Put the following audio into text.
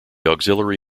auxiliary